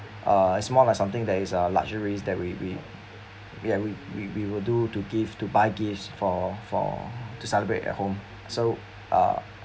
uh it's more like something that is a luxuries that we we ya we we we will do to give to buy gifts for for to celebrate at home so uh